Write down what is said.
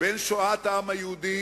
בין שואת העם היהודי